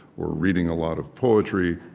or reading a lot of poetry,